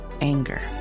anger